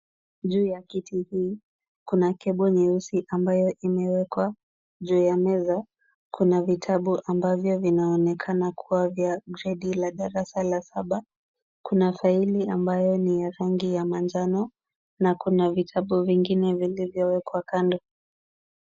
Juu ya kiti hii, kuna cable nyeusi ambayo imewekwa. Juu ya meza kuna vitabu ambavyo vinaonekana kuwa vya gredi la darasa la saba. Kuna faili ambayo ni ya rangi ya manjano na kuna vitabu vingine vilivyowekwa kando.